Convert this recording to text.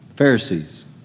Pharisees